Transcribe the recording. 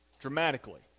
dramatically